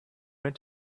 went